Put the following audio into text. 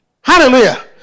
Hallelujah